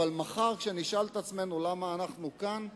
אבל מחר, כשנשאל את עצמנו למה אנחנו כאן,